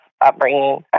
upbringing